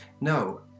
No